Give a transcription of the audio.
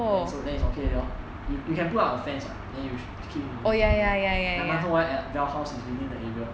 then so then he's okay already lor we we can put up our fence [what] then we restrict him within the area then 馒头 [one] at dell house is within the area